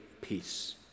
peace